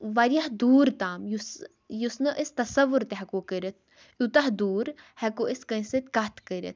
واریاہ دوٗر تام یُس یُس نہٕ أسۍ تصوُر تہِ ہیٚکو کٔرِتھ یوٗتاہ دوٗر ہیٚکو أسۍ کٲنٛسہِ سۭتۍ کَتھ کٔرِتھ